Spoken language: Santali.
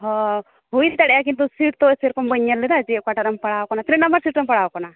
ᱦᱚᱸ ᱦᱩᱭ ᱫᱟᱲᱮᱜᱼᱟ ᱠᱤᱱᱛᱩ ᱥᱤᱴ ᱛᱚ ᱥᱮᱨᱚᱠᱚᱢ ᱵᱟᱹᱧ ᱧᱮᱞ ᱞᱮᱫᱟ ᱡᱮ ᱚᱠᱟᱴᱟᱜ ᱨᱮᱢ ᱯᱟᱲᱟᱣ ᱟᱠᱟᱱᱟ ᱛᱤᱱᱟᱹᱜ ᱱᱟᱢᱵᱟᱨ ᱥᱤᱴ ᱨᱮᱢ ᱯᱟᱲᱟᱣ ᱟᱠᱟᱱᱟ